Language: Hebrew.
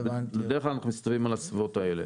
בדרך כלל אנחנו מסתובבים על הסביבות האלה.